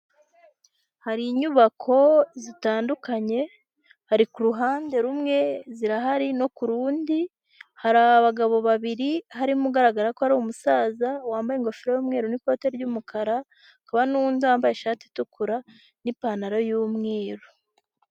Hari inyubako zitandukanye, hari ku ruhande rumwe zirahari no ku rundi, hari abagabo babiri, harimo ugaragara ko ari umusaza wambaye ingofero'umweru n'ikote ry'umukara hakaba n'undi wambaye ishati itukura n'ipantaro y'umweru.